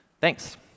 Thanks